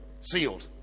Sealed